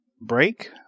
break